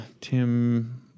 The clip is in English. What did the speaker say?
Tim